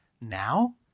now